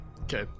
Okay